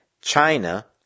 China